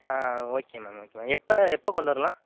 ஆ okay ma'am okay ma'am எப்போ எப்போ கொண்டு வரலாம்